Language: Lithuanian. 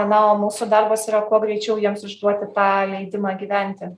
na o mūsų darbas yra kuo greičiau jiems išduoti tą leidimą gyventi